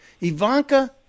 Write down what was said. Ivanka